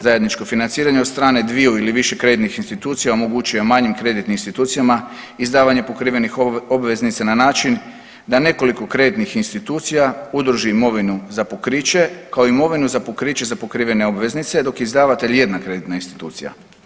Zajedničko financiranje od strane dviju ili više kreditnih institucija omogućuje manjim kreditnim institucijama izdavanje pokrivenih obveznica na način da nekoliko kreditnih institucija udruži imovinu za pokriće kao imovinu za pokriće za pokrivene obveznice dok je izdavatelj jedna kreditna institucija.